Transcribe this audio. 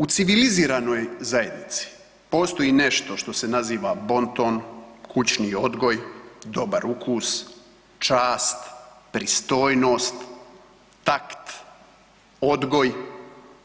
U civiliziranoj zajednici postoji nešto što se naziva bonton, kućni odgoj, dobar ukus, čast, pristojnost, takt, odgoj,